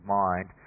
mind